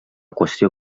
qüestió